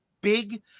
big